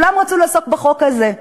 כולם רצו לעסוק בחוק הזה,